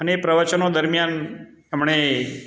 અને એ પ્રવચનો દરમિયાન એમણે